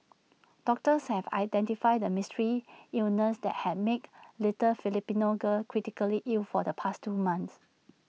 doctors have identified the mystery illness that has made little Filipino girl critically ill for the past two months